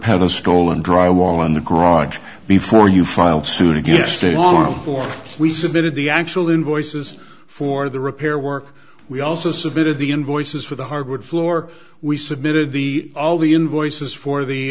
pedestal and dry wall in the garage before you filed suit against it on we submitted the actual invoices for the repair work we also submitted the invoices for the hardwood floor we submitted the all the invoices for the